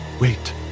Wait